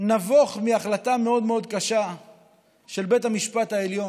נבוך מהחלטה מאוד מאוד קשה של בית המשפט העליון.